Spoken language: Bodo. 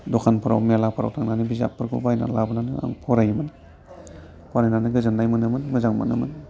दखानफ्राव मेलाफ्राव थांनानै बिजाबफोरखौ बायनानै लाबोनानै आं फरायोमोन फरायनानै गोजोननाय मोनोमोन मोजां मोनोमोन